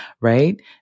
right